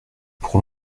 pour